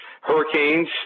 hurricanes